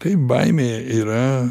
taip baimė yra